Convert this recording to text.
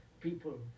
people